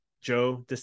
Joe